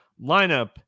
lineup